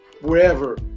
wherever